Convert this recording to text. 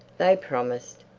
they promised.